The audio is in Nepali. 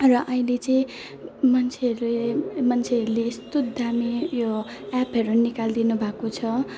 र अहिले चाहिँ मान्छेहरूले मान्छेहरूले यस्तो दामी यो एपहरू निकालिदिनु भएको छ